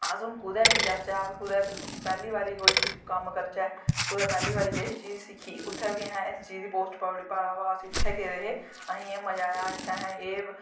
अस हून कुदै बी जाच्चै अस कुदै पैह्ली बारी कुछ कम्म करचै कुदै पैह्ली बारी कुछ चीज़ सिक्खी उत्थें बी असें इस चीज़ दी पोस्ट पाई ओड़ी भाई अस इत्थें असें एह् मज़ा आया असें